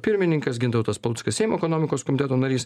pirmininkas gintautas paluckas seimo ekonomikos komiteto narys